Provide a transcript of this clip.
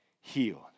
healed